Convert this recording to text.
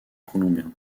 colombien